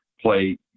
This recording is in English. play